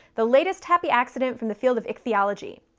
the latest happy accident from the field of ichthyology.